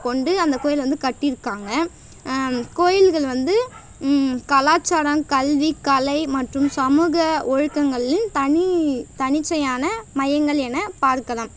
கொண்டு அந்தக் கோவில வந்து கட்டியிருக்காங்க கோவில்கள் வந்து கலாச்சாரம் கல்வி கலை மற்றும் சமூக ஒழுக்கங்களின் தனி தனிச்சையான மையங்கள் என பார்க்கலாம்